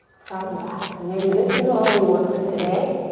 front and back. and maybe this is all we work with today.